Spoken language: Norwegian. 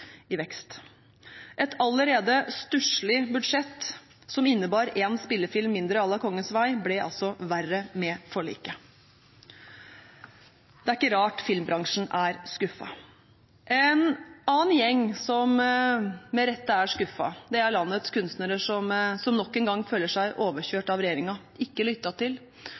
i vekst. Et allerede stusselig budsjett, som innebar én spillefilm mindre à la «Kongens nei», ble altså verre med forliket. Det er ikke rart filmbransjen er skuffet. En annen gjeng som med rette er skuffet, er landets kunstnere, som nok en gang føler seg overkjørt av regjeringen og ikke lyttet til